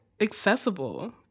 accessible